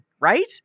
right